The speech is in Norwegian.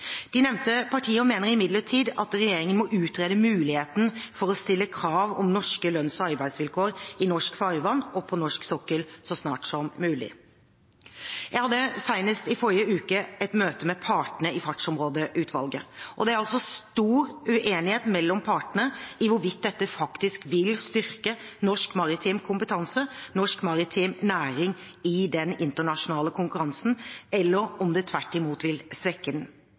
De nevnte partiene mener imidlertid at regjeringen må utrede muligheten for å stille krav om norske lønns- og arbeidsvilkår i norske farvann og på norsk sokkel så snart som mulig. Jeg hadde senest i forrige uke et møte med partene i Fartsområdeutvalget. Det er stor uenighet mellom partene om hvorvidt dette faktisk vil styrke norsk maritim kompetanse, norsk maritim næring i den internasjonale konkurransen, eller om det tvert imot vil svekke den.